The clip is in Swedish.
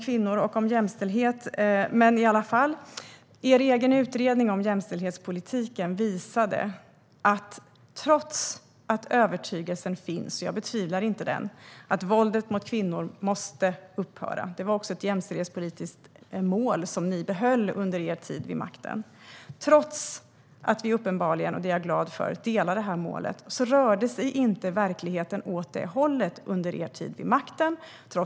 Ibland togs en utredning fram innan en annan hade avslutats. Er utredning om jämställdhetspolitiken visade, trots att övertygelsen finns - jag betvivlar inte den - och att vi delar samma mål om att våldet mot kvinnor måste upphöra, att verkligheten inte rörde sig åt det hållet under er tid vid makten även om ni genomförde satsningar på detta. Att våldet mot kvinnor måste upphöra var för övrigt ett jämställdhetspolitiskt mål som ni behöll under er tid vid makten.